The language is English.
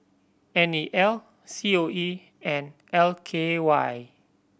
N E L C O E and L K Y